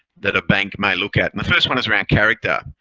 that a bank may look at. and the first one is around character.